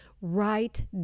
Write